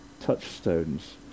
touchstones